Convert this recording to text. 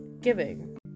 giving